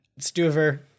Stuver